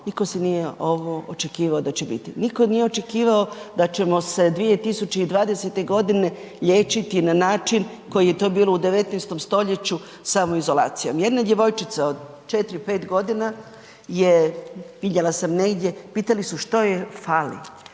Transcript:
niko nije očekivao da će ovo biti, niko nije očekivao da ćemo se 2020.godine liječiti na način koji je to bilo u 19.stoljeću samoizolacijom. Jedna djevojčica od 4, 5 godina je vidjela sam negdje pitali su što joj fali,